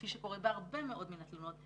כפי שקורה בהרבה מאוד מן התלונות,